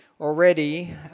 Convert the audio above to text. already